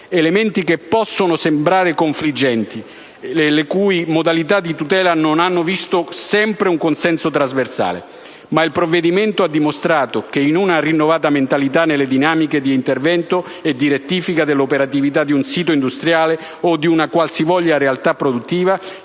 Elementi che possono sembrare confliggenti e le cui modalità di tutela non hanno visto sempre un consenso trasversale. Ma il provvedimento ha dimostrato che una rinnovata mentalità nelle dinamiche di intervento e di rettifica dell'operatività di un sito industriale o di una qualsivoglia realtà produttiva